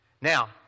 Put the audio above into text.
Now